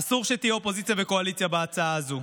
אסור שתהיה אופוזיציה וקואליציה בהצעה הזו.